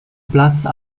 place